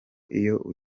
iyo